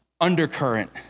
undercurrent